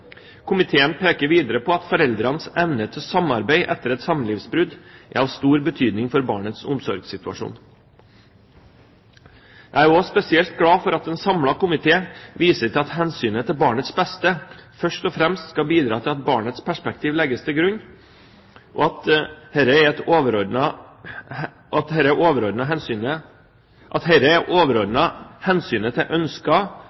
Komiteen peker videre på at foreldrenes evne til samarbeid etter et samlivsbrudd er av stor betydning for barnets omsorgssituasjon. Jeg er også spesielt glad for at en samlet komité viser til at hensynet til barnets beste først og fremst skal bidra til at barnets perspektiv legges til grunn, og at dette er overordnet hensynet til ønsker fra og rettigheter for hver av foreldrene. Komiteens flertall mener videre at